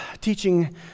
teaching